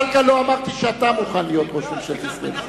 אמרתי שאתה מוכן להיות ראש ממשלת ישראל.